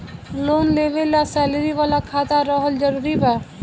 Loan लेवे ला salary वाला खाता रहल जरूरी बा?